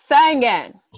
Singing